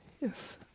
Yes